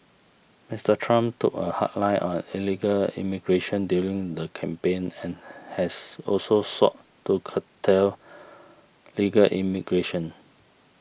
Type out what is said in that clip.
Mister Trump took a hard line on illegal immigration during the campaign and has also sought to curtail legal immigration